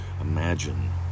imagine